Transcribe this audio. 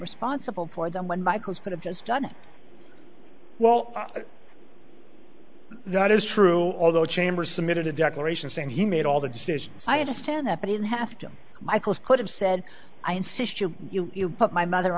responsible for them when michael's could have just done well that is true although chambers submitted a declaration saying he made all the decisions i understand that but in have to michael's could have said i insist you put my mother